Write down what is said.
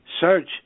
search